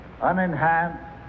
unenhanced